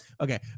Okay